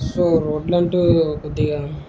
so రోడ్లు అంటు కొద్దిగా